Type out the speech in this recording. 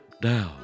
down